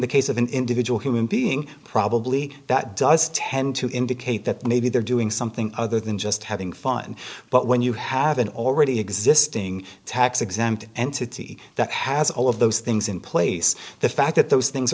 the case of an individual human being probably that does tend to indicate that maybe they're doing something other than just having fun but when you have an already existing tax exempt entity that has all of those things in place the fact that those things